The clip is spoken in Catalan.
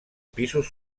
pisos